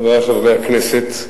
חברי חברי הכנסת,